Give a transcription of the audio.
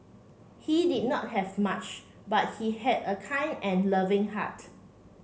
he did not have much but he had a kind and loving heart